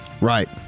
Right